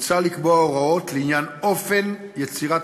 מוצע לקבוע הוראות לעניין אופן יצירת